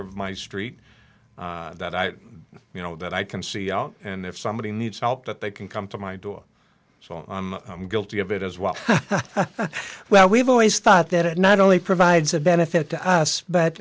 of my street that i you know that i can see out and if somebody needs help that they can come to my door so i'm guilty of it as well well we've always thought that it not only provides a benefit to us but